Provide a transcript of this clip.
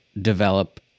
develop